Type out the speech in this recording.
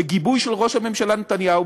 בגיבוי ראש הממשלה נתניהו,